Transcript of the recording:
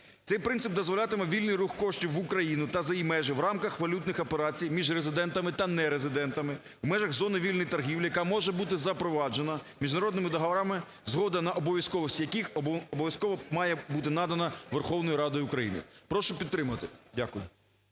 Цей принцип дозволятиме вільний рух коштів в Україну та за її межі в рамках валютних операцій між резидентами та нерезидентами у межах зони вільної торгівлі, яка може бути запроваджена міжнародними договорами, згода на обов'язковість яких обов'язково має бути надана Верховною Радою України. Прошу підтримати. Дякую.